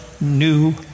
new